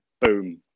boom